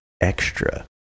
extra